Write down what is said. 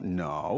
no